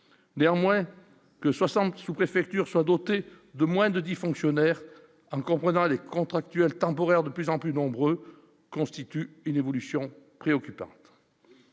néanmoins le 60 sous-préfecture soit doté de moins de 10 fonctionnaires en comprenant les contractuels temporaire de plus en plus nombreuses, constitue une évolution préoccupante.